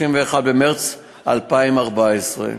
31 במרס 2014,